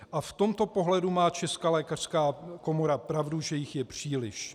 V tomto pohledu má Česká lékařská komora pravdu, že jich je příliš.